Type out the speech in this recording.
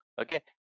okay